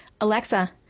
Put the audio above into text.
Alexa